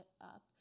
up